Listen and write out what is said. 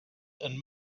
and